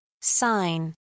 Sign